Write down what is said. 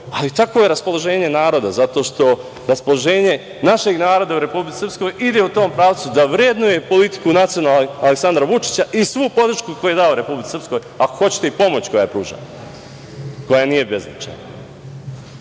ali takvo je raspoloženje naroda, zato što raspoloženje našeg naroda u Republici Srpskoj ide u tom pravcu da vrednuje politiku nacionalnu Aleksandra Vučića i svu podršku koju je dao Republici Srpskoj, ako hoćete, i pomoć koja je pružena, koja nije beznačajna.A